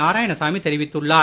நாராயணசாமி தெரிவித்துள்ளார்